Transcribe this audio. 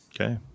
Okay